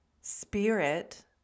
spirit